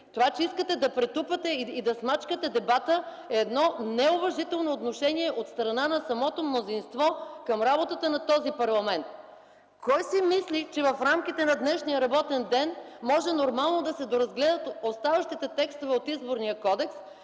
това, че искате да претупате и да смачкате дебата, е неуважително отношение от страна на самото мнозинство към работата на този парламент! Кой си мисли, че в рамките на днешния работен ден може нормално да се разгледат оставащите текстове от Изборния кодекс,